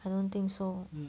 I don't think so